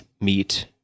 meet